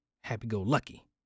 Happy-go-lucky